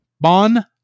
Bon